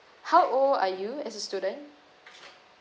how old are you as a student